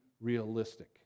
realistic